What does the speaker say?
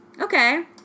Okay